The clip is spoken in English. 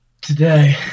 Today